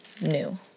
new